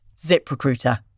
ZipRecruiter